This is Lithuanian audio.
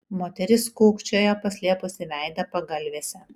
moteris kūkčiojo paslėpusi veidą pagalvėse